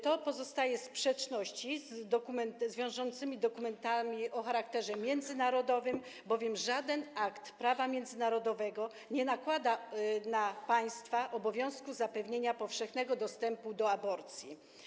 To pozostaje w sprzeczności z wiążącymi dokumentami o charakterze międzynarodowym, bowiem żaden akt prawa międzynarodowego nie nakłada na państwa obowiązku zapewnienia powszechnego dostępu do aborcji.